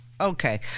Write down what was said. okay